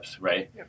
right